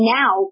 now